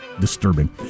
Disturbing